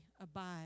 Abide